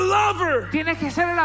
lover